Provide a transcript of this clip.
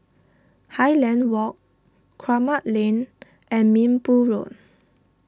Highland Walk Kramat Lane and Minbu Road